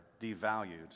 devalued